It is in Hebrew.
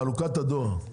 חלוקת הדואר.